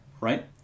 right